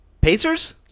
Pacers